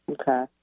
Okay